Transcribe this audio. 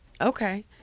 okay